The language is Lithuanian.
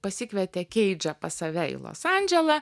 pasikvietė keidžą pas save į los andželą